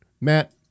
Matt